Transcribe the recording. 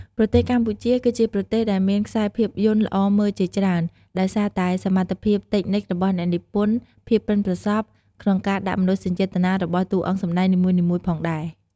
ប្រទេសកម្ពុជាគឺជាប្រទេសដែលមានខ្សែភាពយន្តល្អមើលជាច្រើន ដោយសារតែសមត្ថភាពតិចនិចរបស់អ្នកនិពន្ធ ភាពបុិនប្រសប់ ក្នុងការដាក់មនោសញ្ចេតនា របស់តួអង្គសម្តែងនីមួយៗផងដែរ។